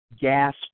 gasp